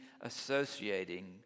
associating